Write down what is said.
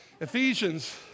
Ephesians